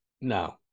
No